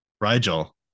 Rigel